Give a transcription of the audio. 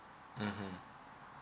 mmhmm